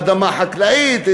אדמה חקלאית,